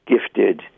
gifted